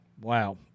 Wow